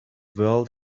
world